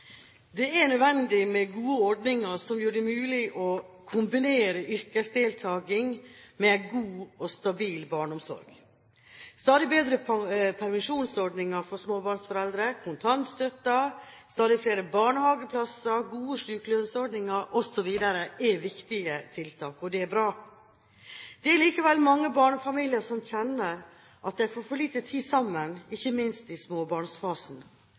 Det er nødvendig med gode ordninger som gjør det mulig å kombinere yrkesdeltakelse med god og stabil barneomsorg. Stadig bedre permisjonsordninger for småbarnsforeldre, kontantstøtte, stadig flere barnehageplasser, gode sykelønnsordninger osv. er viktige tiltak, og det er bra. Det er likevel mange barnefamilier som kjenner at de får for lite tid sammen, ikke minst i småbarnsfasen.